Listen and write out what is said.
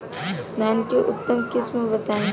धान के उन्नत किस्म बताई?